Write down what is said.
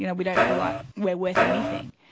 you know we don't feel like we're worth anything,